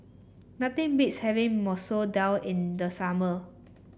nothing beats having Masoor Dal in the summer